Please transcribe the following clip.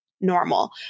normal